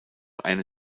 einer